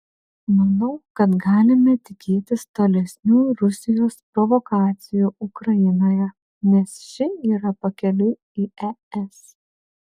manau kad galime tikėtis tolesnių rusijos provokacijų ukrainoje nes ši yra pakeliui į es